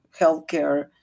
healthcare